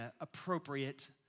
appropriate